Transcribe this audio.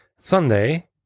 Sunday